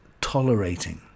tolerating